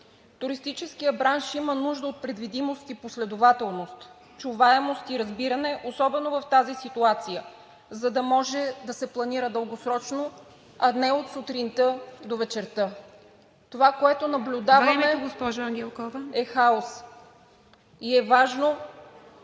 Туристическият бранш има нужда от предвидимост и последователност, чуваемост и разбиране особено в тази ситуация, за да може да се планира дългосрочно, а не от сутринта до вечерта. Това, което наблюдаваме...